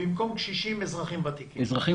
במקום קשישים תגיד אזרחים ותיקים,